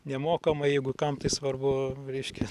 nemokamai jeigu kam tai svarbu reiškia